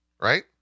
right